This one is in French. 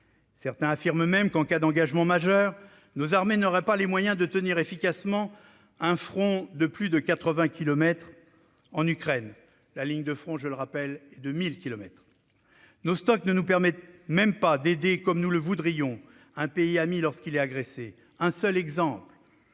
Certains affirment même qu'en cas d'engagement majeur, nos armées n'auraient pas les moyens de tenir efficacement un front de plus de quatre-vingts kilomètres en Ukraine. La ligne de front, je le rappelle, est de mille kilomètres. Nos stocks ne nous permettent même pas d'aider comme nous le voudrions un pays ami, lorsqu'il est agressé. Un seul exemple